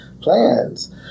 plans